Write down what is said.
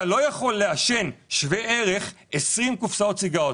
אתה לא יכול לעשן שווה ערך 20 קופסאות סיגריות.